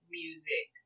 music